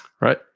Right